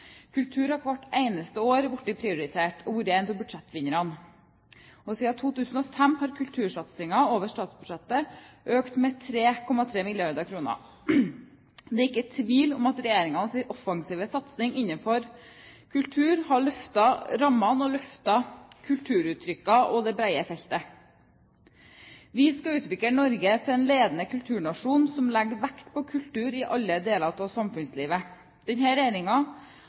Kultur har hvert eneste år blitt prioritert og vært en av budsjettvinnerne, og siden 2005 har kultursatsingen over statsbudsjettet økt med 3,3 mrd. kr. Det er ikke tvil om at regjeringens offensive satsing innenfor kultur har løftet rammene og løftet kulturuttrykkene og det brede feltet. Vi skal utvikle Norge til en ledende kulturnasjon som legger vekt på kultur i alle deler av samfunnslivet.